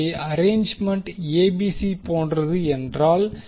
எனவே arrangement ABC போன்றது என்றால்